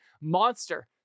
monster